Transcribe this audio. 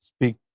speak